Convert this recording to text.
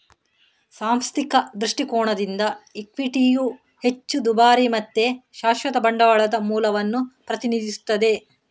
ಸಾಂಸ್ಥಿಕ ದೃಷ್ಟಿಕೋನದಿಂದ ಇಕ್ವಿಟಿಯು ಹೆಚ್ಚು ದುಬಾರಿ ಮತ್ತೆ ಶಾಶ್ವತ ಬಂಡವಾಳದ ಮೂಲವನ್ನ ಪ್ರತಿನಿಧಿಸ್ತದೆ